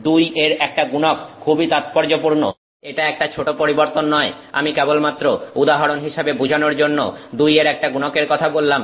2 এর একটা গুণক খুবই তাৎপর্যপূর্ণ এটা একটা ছোট পরিবর্তন নয় আমি কেবলমাত্র উদাহরণ হিসেবে বুঝানোর জন্য 2 এর একটা গুণকের কথা বললাম